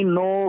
no